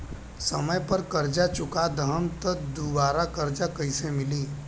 समय पर कर्जा चुका दहम त दुबाराकर्जा कइसे मिली?